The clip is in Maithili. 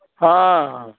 हँ